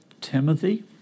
Timothy